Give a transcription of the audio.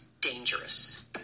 dangerous